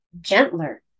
gentler